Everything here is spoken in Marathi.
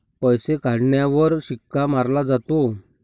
पैसे काढण्यावर शिक्का मारला जातो